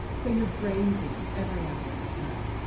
so you're grazing every hour and a half.